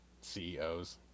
CEOs